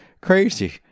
crazy